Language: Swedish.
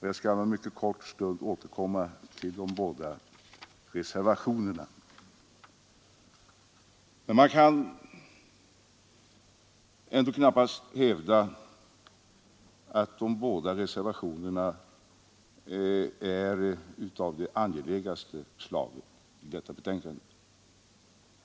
Jag skall om en stund återkomma till de båda reservationerna. Man kan knappast hävda att de båda reservationerna i detta betänkande är av det angelägnaste slaget.